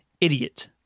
idiot